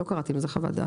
לא קראתם לזה חוות דעת,